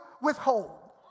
withhold